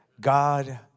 God